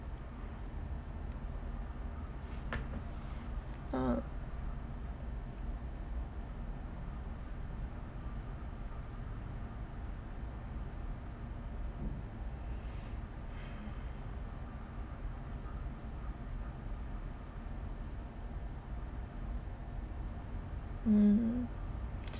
oh mm